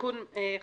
התקנה אושרה פה אחד.